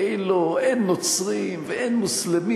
כאילו אין נוצרים ואין מוסלמים,